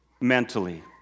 mentally